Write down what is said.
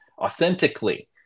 authentically